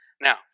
Now